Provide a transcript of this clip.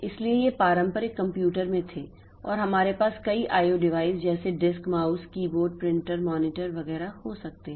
इसलिए ये पारंपरिक कंप्यूटर में थे और हमारे पास कई IO डिवाइस जैसे disk mouse keyboard printer monitor वगैरह हो सकते हैं